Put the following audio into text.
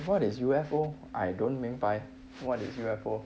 what is U_F_O I don't 明白 what is U_F_O